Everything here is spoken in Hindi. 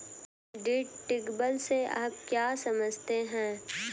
डिडक्टिबल से आप क्या समझते हैं?